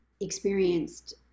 experienced